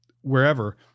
wherever